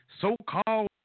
so-called